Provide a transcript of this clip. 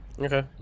Okay